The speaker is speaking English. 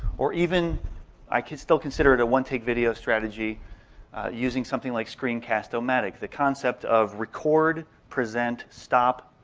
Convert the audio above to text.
or even i still consider it a one-take video strategy using something like screencast-o-matic. the concept of record, present, stop,